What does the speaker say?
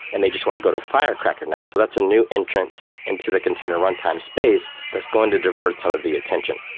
and they just want to go to firecracker now. so that's a new entrance into the container runtime space. that's going to divert some of the attention.